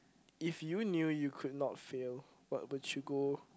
if you knew you could not fail what would you go